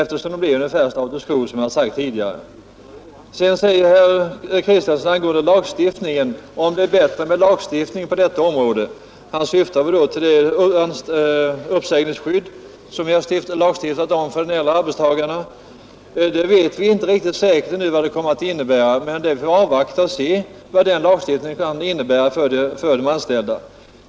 För dem blir det, som jag sade tidigare, ungefär status quo. Herr Kristiansson i Harplinge var tveksam om lagstiftning på detta område skulle åstadkomma förbättring. Då syftade han väl på det uppsägningsskydd för äldre arbetstagare som vi har lagstiftat om. Men vi vet inte ännu vad det skyddet kommer att betyda. Vi får avvakta och se vad den lagstiftningen kan innebära för de anställda.